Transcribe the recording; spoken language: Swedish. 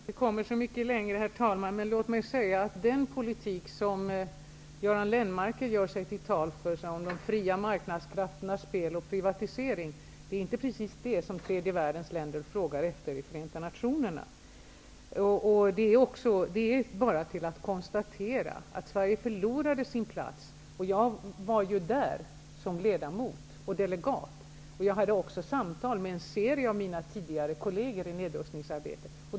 Herr talman! Jag tror inte att vi kommer så mycket längre, men låt mig säga att det inte precis är den politik som Göran Lennmarker gör sig till talesman för, marknadskrafternas fria spel och privatisering, som tredje världens länder frågar efter i Förenta nationerna. Det är bara att konstatera att Sverige förlorade sin plats. Jag var där som delegat, och jag förde samtal med en serie av mina tidigare kolleger i nedrustningsarbetet.